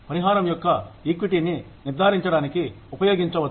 పరిహారం యొక్క ఈక్విటీ ని నిర్ధారించడానికి ఉపయోగించవచ్చు